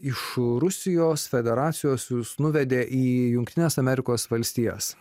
iš rusijos federacijos jus nuvedė į jungtines amerikos valstijas